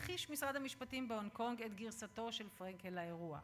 הכחיש משרד המשפטים בהונג-קונג את גרסתו של פרנקל לאירוע